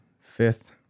fifth